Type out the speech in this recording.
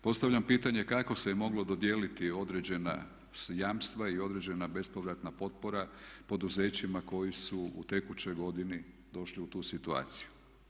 Postavljam pitanje kako se je moglo dodijeliti određena jamstva i određena bespovratna potpora poduzećima koji su u tekućoj godini došli u tu situaciju.